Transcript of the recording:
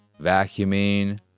vacuuming